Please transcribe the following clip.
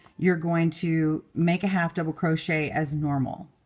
you're going to make a half double crochet as normal.